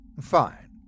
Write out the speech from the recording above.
fine